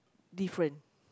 different